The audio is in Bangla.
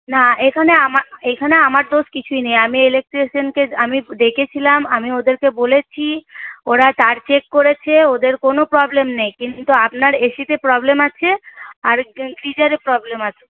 না এখানে এখানে আমার দোষ কিছুই নেই আমি ইলেকট্রিসিয়ানকে আমি ডেকেছিলাম আমি ওদেরকে বলেছি ওরা তার চেক করেছে ওদের কোনো প্রবলেম নেই কিন্তু আপনার এসিতে প্রবলেম আছে আর গিজারে প্রবলেম আছে